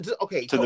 okay